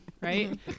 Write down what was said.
right